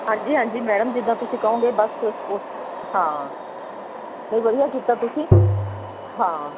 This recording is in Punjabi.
ਹਾਂਜੀ ਹਾਂਜੀ ਮੈਡਮ ਜਿੱਦਾਂ ਤੁਸੀਂ ਕਹੋਗੇ ਬਸ ਉਸ ਹਾਂ ਨਹੀਂ ਵਧੀਆ ਕੀਤਾ ਤੁਸੀਂ ਹਾਂ